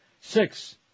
Six